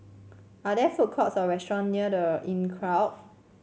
are there food courts or restaurant near The Inncrowd